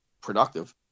productive